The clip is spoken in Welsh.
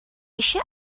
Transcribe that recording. eisiau